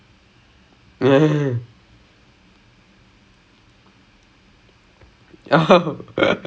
and then like those the other people like அவன் என்ன படுத்து உருளுறான் கால் எல்லாம் பிடிச்சு:avan enna padutthu urluraan kaal ellaam pidichu